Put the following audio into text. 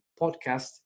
podcast